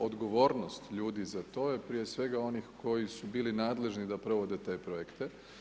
Odgovornost ljudi za to je prije svega onih koji su bili nadležni da provode te projekte.